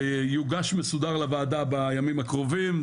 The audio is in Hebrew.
יוגש מסודר לוועדה בימים הקרובים.